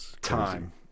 time